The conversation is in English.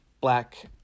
black